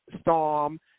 Storm